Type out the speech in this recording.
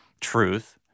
truth